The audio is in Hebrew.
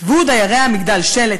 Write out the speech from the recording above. כתבו דיירי המגדל שלט,